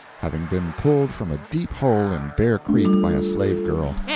having been pulled from a deep hole in bear creek by a slave girl.